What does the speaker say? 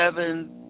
seven